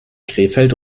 krefeld